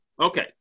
Okay